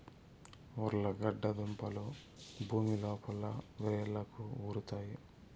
ఉర్లగడ్డ దుంపలు భూమి లోపల వ్రేళ్లకు ఉరుతాయి